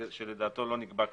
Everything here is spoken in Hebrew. שלדעתו לא נגבה כדין.